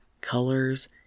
colors